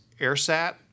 Airsat